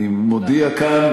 אני מודיע כאן,